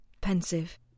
Pensive